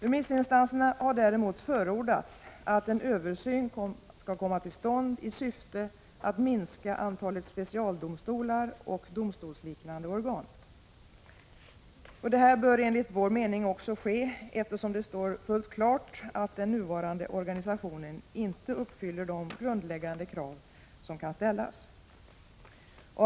Remissinstanserna har däremot förordat att en översyn kommer till stånd i syfte att minska antalet specialdomstolar och domstolsliknande organ. Detta bör enligt vår mening också ske, eftersom det står fullt klart att den nuvarande organisationen inte uppfyller de grundläggande krav som kan ställas.